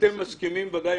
אתם מסכימים בוודאי,